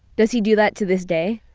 does he do that to this day?